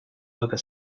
over